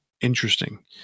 interesting